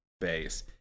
base